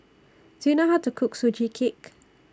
Do YOU know How to Cook Sugee Cake